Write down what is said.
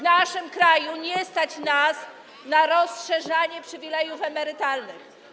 Naszego kraju nie stać na rozszerzanie przywilejów emerytalnych.